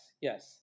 Yes